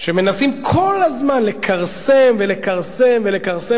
שמנסים כל הזמן לכרסם ולכרסם ולכרסם